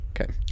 Okay